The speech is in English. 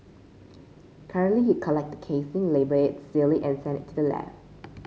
currently you collect the casing label it seal it and send it to the lab